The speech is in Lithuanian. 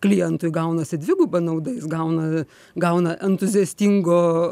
klientui gaunasi dviguba nauda jis gauna gauna entuziastingo